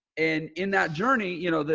and in that journey, you know,